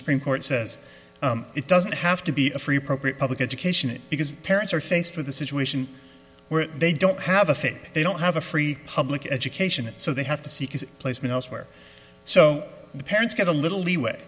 supreme court says it doesn't have to be a free program public education because parents are faced with a situation where they don't have a faith they don't have a free public education so they have to seek placement elsewhere so the parents get a little leeway